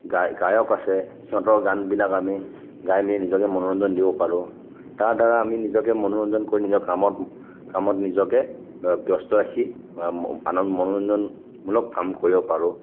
গায় গায়ক আছে সিহঁতৰ গানবিলাক আমি গাই মেলি নিজকে মনোৰঞ্জন দিব পাৰোঁ তাৰ দ্বাৰা আমি নিজকে মনোৰঞ্জন কৰি নিজকে কামত কামত নিজকে ব্যস্ত ৰাখি আন মনোৰঞ্জনমূলক কাম কৰিব পাৰোঁ